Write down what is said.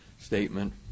statement